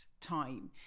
time